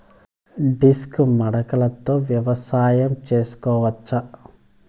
Disc మడకలతో వ్యవసాయం చేసుకోవచ్చా??